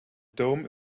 dome